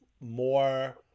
more